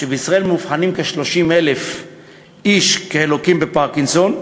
שבישראל מאובחנים כ-30,000 איש כלוקים בפרקינסון,